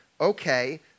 okay